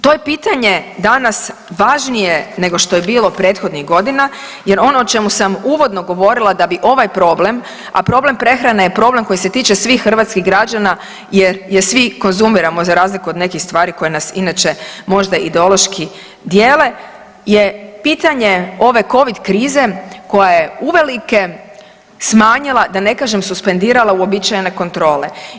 To je pitanje danas važnije nego što je bilo prethodnih godina jer ono o čemu sam uvodno govorila da bi ovaj problem, a problem prehrane je problem koji se tiče svih hrvatskih građana jer je svi konzumiramo za razliku od nekih stvari koje nas inače možda ideološki dijele je pitanje ove Covid krize koja je uvelike smanjila da ne kažem suspendirala uobičajene kontrole.